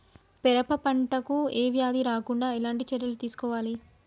పెరప పంట కు ఏ వ్యాధి రాకుండా ఎలాంటి చర్యలు తీసుకోవాలి?